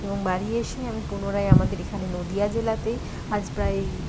এবং বাড়ি এসে আমি পুনরায় আমাদের এখানে নদিয়া জেলাতেই আজ প্রায়